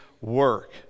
work